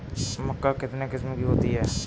मक्का कितने किस्म की होती है?